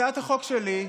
הצעת החוק שלי,